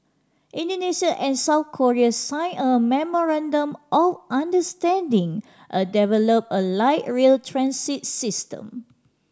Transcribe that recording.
Indonesia and South Korea signed a memorandum of understanding a develop a light rail transit system